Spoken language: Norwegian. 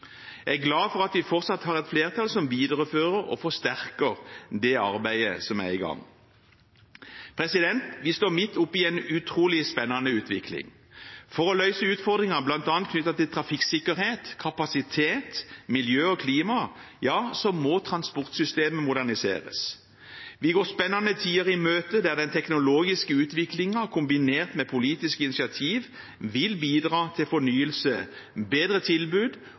Jeg er glad for at vi fortsatt har et flertall som viderefører og forsterker det arbeidet som er i gang. Vi står midt oppe i en utrolig spennende utvikling. For å løse utfordringer bl.a. knyttet til trafikksikkerhet, kapasitet, miljø og klima må transportsystemet moderniseres. Vi går spennende tider i møte, der den teknologiske utviklingen kombinert med politisk initiativ vil bidra til fornyelse, bedre tilbud